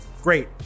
great